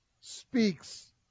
speaks